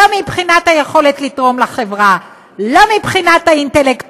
לא מבחינת היכולת לתרום לחברה ולא מבחינת האינטלקט.